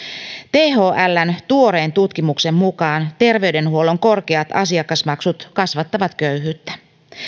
thln tuoreen tutkimuksen mukaan terveydenhuollon korkeat asiakasmaksut kasvattavat köyhyyttä